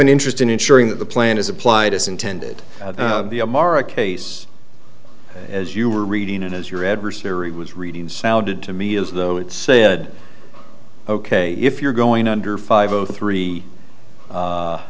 an interest in ensuring that the plan is applied as intended ammara case as you were reading it as your adversary was reading sounded to me as though it said ok if you're going under five o three